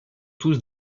tous